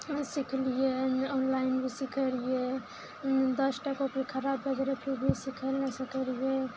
सिखलियइ online भी सिखय रहियइ दस टाका कॉपी खराब भए गेलय फिर भी सिखय लए नहि सकय रहियइ